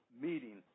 meeting